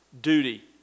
duty